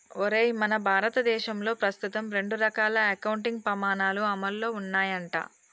ఒరేయ్ మన భారతదేశంలో ప్రస్తుతం రెండు రకాల అకౌంటింగ్ పమాణాలు అమల్లో ఉన్నాయంట